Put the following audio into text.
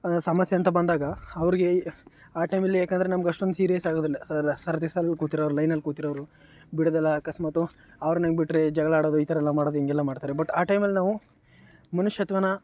ಸಮಸ್ಯೆ ಅಂತ ಬಂದಾಗ ಅವರಿಗೆ ಆ ಟೈಮಲ್ಲಿ ಏಕೆಂದರೆ ನಮ್ಗಷ್ಟೊಂದು ಸೀರಿಯಸ್ ಆಗೋದಿಲ್ಲ ಸಲ ಸರದಿ ಸಾಲಲ್ಲಿ ಕೂತಿರೋರು ಲೈನಲ್ಲಿ ಕೂತಿರೋರು ಬಿಡದಾಗ ಅಕಸ್ಮಾತು ಅವರನ್ನ ಬಿಟ್ಟರೆ ಜಗಳ ಆಡೋದು ಈ ಥರಯೆಲ್ಲ ಮಾಡೋದು ಹಿಂಗೆಲ್ಲ ಮಾಡ್ತಾರೆ ಬಟ್ ಆ ಟೈಮಲ್ಲಿ ನಾವು ಮನುಷ್ಯತ್ವನ